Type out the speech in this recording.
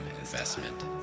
investment